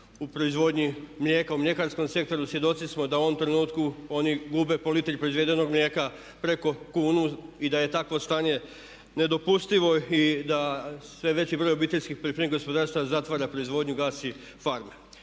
u proizvodnji mlijeka u mljekarskom sektoru svjedoci smo da u ovom trenutku ovi gube po litri proizvedenog mlijeka preko kunu i da je takvo stanje nedopustivo i da sve veći broj OPG-a zatvara proizvodnju, gasi farme.